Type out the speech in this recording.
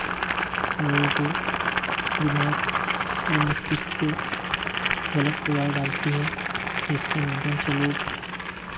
लोगों को दिमाग और मस्तिस्क पे गलत प्रभाव डालती है जिसके माध्यम से लोग